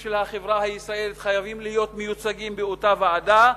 של החברה הישראלית חייבים להיות מיוצגים באותה ועדה,